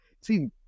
See